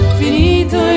finito